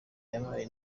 yabaye